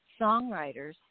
songwriters